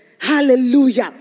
Hallelujah